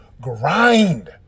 grind